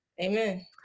Amen